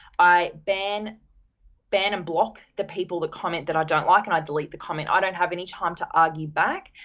i ban ban and block the people that comment that i don't like and i delete the comment which i don't have any time to argue back